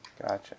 Gotcha